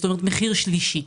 זאת אומרת מחיר שלישי.